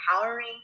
empowering